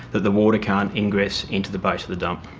that the water can't ingress into the base of the dump.